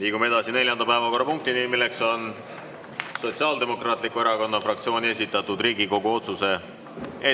Liigume edasi neljanda päevakorrapunkti juurde: Sotsiaaldemokraatliku Erakonna fraktsiooni esitatud Riigikogu otsuse